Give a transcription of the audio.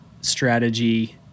strategy